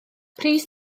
pris